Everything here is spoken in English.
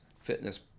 fitness